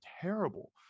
terrible